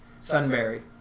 sunbury